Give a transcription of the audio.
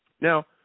Now